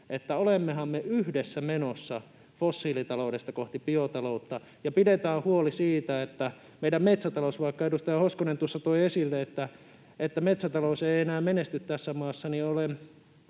että olemmehan me yhdessä menossa fossiilitaloudesta kohti biotaloutta ja pidetään huoli siitä, että meidän metsätalous — vaikka edustaja Hoskonen tuossa toi esille, että metsätalous ei enää menesty tässä maassa, niin olen